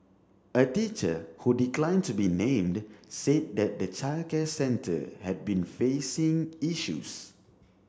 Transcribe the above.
a teacher who declined to be named said that the childcare centre had been facing issues